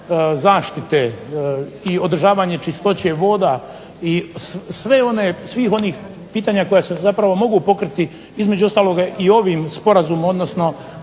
zaštite i održavanje čistoće voda i sve one, svih onih pitanja koja se zapravo mogu pokriti između ostaloga i ovim sporazumom, odnosno